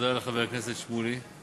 תודה לחבר הכנסת שמולי.